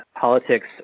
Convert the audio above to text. politics